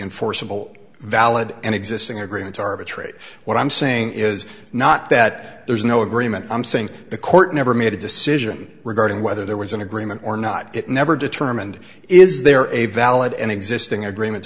enforceable valid and existing agreements arbitrator what i'm saying is not that there's no agreement i'm saying the court never made a decision regarding whether there was an agreement or not it never determined is there a valid and existing agreement